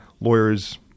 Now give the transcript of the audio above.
lawyers